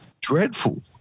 dreadful